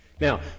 Now